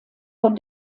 von